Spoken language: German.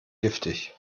giftig